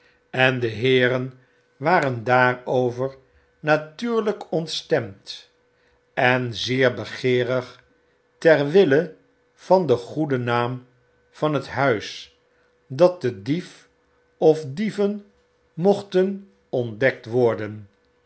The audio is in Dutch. en de heeren waren daarover natuurlijk ontstemd en zeer begeerig ter wille van den goeden naam van hethuis dat dediefof dieven mochten ontdekt worden